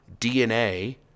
DNA